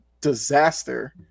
disaster